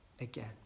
again